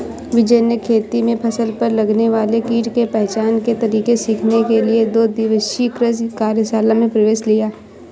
विजय ने खेती में फसल पर लगने वाले कीट के पहचान के तरीके सीखने के लिए दो दिवसीय कृषि कार्यशाला में प्रवेश लिया